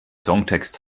songtext